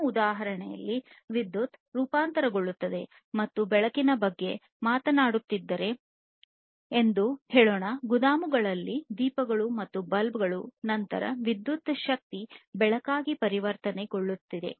ನಮ್ಮ ಉದಾಹರಣೆಯಲ್ಲಿ ವಿದ್ಯುತ್ ರೂಪಾಂತರಗೊಳ್ಳುತ್ತದೆ ನಾವು ಬೆಳಕಿನ ಬಗ್ಗೆ ಮಾತನಾಡುತ್ತಿದ್ದರೆ ಎಂದು ಹೇಳೋಣ ಗೋದಾಮುಗಳಲ್ಲಿನ ದೀಪಗಳು ಮತ್ತು ಬಲ್ಬ್ ಗಳು ನಂತರ ವಿದ್ಯುತ್ ಶಕ್ತಿ ಬೆಳಕಾಗಿ ಪರಿವರ್ತನೆಗೊಳ್ಳುತ್ತಿದೆ